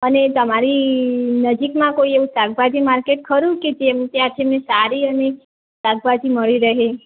અને તમારી નજીકમાં કોઈ એવું શાકભાજી માર્કેટ ખરું કે જ્યાંથી અમને સારી અને શાકભાજી મળી રહે